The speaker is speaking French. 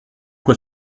quoi